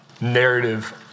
narrative